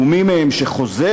ומי מהם שחוזר